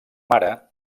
mare